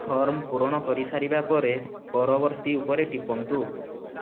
form ପୂରଣ କରିସାରିବା ପରେ ପରବର୍ତ୍ତୀ ଉପରେ ଟିପନ୍ତୁ